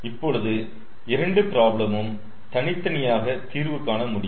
இப்பொழுது 2 பிராப்ளமும் தனித்தனியாக தீர்வு காண முடியும்